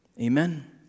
Amen